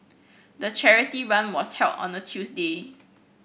the charity run was held on a Tuesday